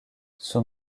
son